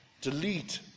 delete